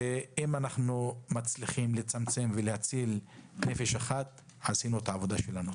אם נצליח לצמצם את מספר התאונות ולהציל נפש אחת עשינו את העבודה שלנו.